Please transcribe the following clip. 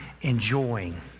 enjoying